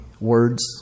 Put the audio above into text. words